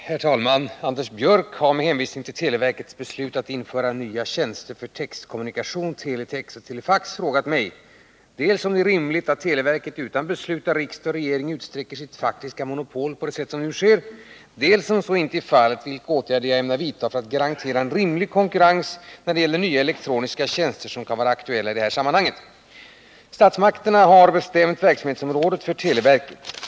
Herr talman! Anders Björck har med hänvisning till televerkets beslut att införa två nya tjänster för textkommunikation, teletex och telefax, frågat mig dels om det är rimligt att televerket utan beslut av riksdag och regering utsträcker sitt faktiska monopol på det sätt som nu sker, dels, om så inte är fallet, vilka åtgärder jag ämnar vidta för att garantera en rimlig konkurrens när det gäller nya elektroniska tjänster som kan vara aktuella i detta sammanhang. Statsmakterna har bestämt verksamhetsområdet för televerket.